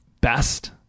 best